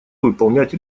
выполнять